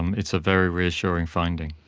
um it's a very reassuring finding.